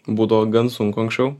būdavo gan sunku anksčiau